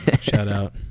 Shout-out